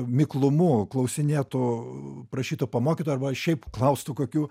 miklumu klausinėtų prašytų pamokytų arba šiaip klaustų kokių